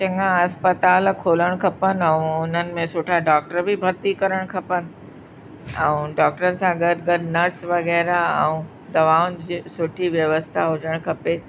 चङा इस्पतालि खोलण खपेनि ऐं उन्हनि में सुठा डॉक्टर बि भर्ती करण खपेनि ऐं डॉक्टरनि सां गॾु गॾु नर्स वग़ैरह ऐं दवाउनि जे सुठी व्यवस्था हुजणु खपे